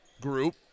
group